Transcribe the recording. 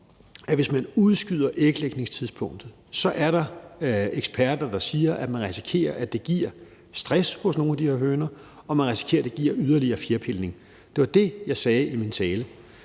at hvis man udskyder æglægningstidspunktet, risikerer man, siger eksperter, at det giver stress hos nogle af de her høner, og man risikerer, at det giver yderligere fjerpilning. Det var det, jeg sagde i min tale.